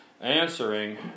answering